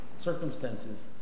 circumstances